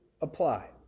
apply